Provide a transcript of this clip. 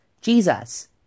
Jesus